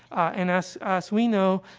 and as as we know,